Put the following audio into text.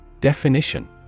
Definition